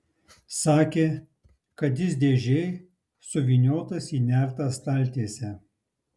sakė kad jis dėžėj suvyniotas į nertą staltiesę